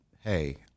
hey